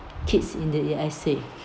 kids in the the essay